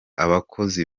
abakozi